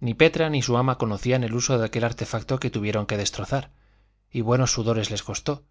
ni petra ni su ama conocían el uso de aquel artefacto que tuvieron que destrozar y buenos sudores les costó